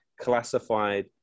classified